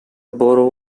borough